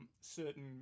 certain